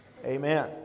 Amen